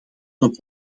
ten